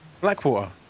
blackwater